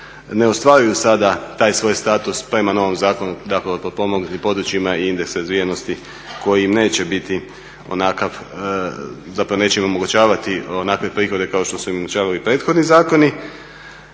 ne ostvaruju sada taj svoj status prema novom Zakonu o potpomognutim područjima i indeks razvijenosti koji im neće biti onakav, zapravo neće im omogućavati onakve prihode kao što su im omogućavali prethodni zakoni.